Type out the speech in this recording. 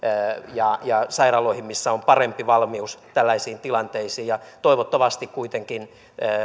sairaaloihin missä on parempi valmius tällaisiin tilanteisiin toivottavasti kuitenkin